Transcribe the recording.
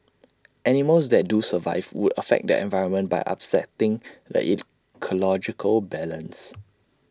animals that do survive would affect the environment by upsetting the ecological balance